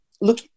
look